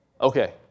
Okay